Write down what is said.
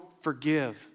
forgive